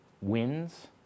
wins